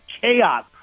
chaos